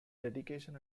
dedication